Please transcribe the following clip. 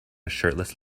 shirtless